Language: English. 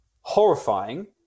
horrifying